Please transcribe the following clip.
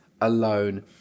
alone